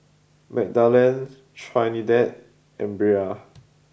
Magdalen Trinidad and Brea